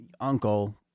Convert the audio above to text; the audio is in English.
uncle